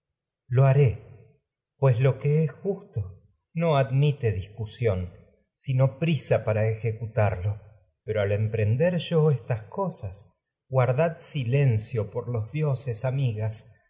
lo te manda haré pues lo que es justo no admite al empren discusión sino der yo prisa para ejecutarlo pero estas cosas guardad silencio por los dioses ami